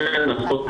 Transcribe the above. אנחנו נצטרך